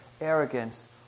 arrogance